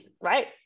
Right